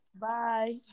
bye